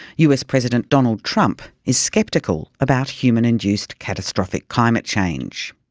us president donald trump is sceptical about human-induced catastrophic climate change.